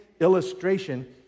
illustration